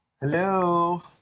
Hello